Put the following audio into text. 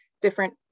different